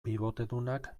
bibotedunak